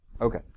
okay